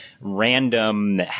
random